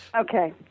Okay